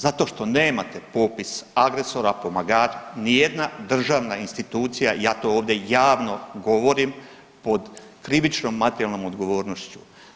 Zato što nemate popis agresora pomagača, nijedna državna institucija ja to ovdje javno govorim pod krivičnom materijalnom odgovornošću.